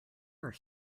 are